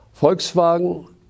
Volkswagen